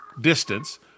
distance